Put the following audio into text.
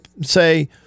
say